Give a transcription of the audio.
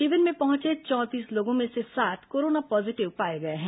शिविर में पहंचे चौंतीस लोगों में से सात कोरोना पॉजीटिव पाए गए हैं